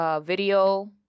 video